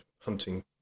hunting